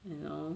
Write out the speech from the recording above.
you know